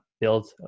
build